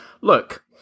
Look